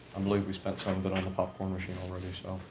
i believe we spent some of it on the popcorn machine already, so.